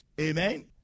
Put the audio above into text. Amen